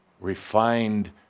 refined